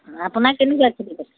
আপোনাৰ কেনেকুৱা খেতি বাতি